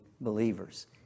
believers